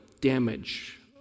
damage